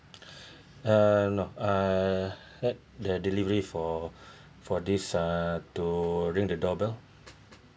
uh no uh let the delivery for for this uh to ring the doorbell